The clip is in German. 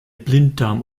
blinddarm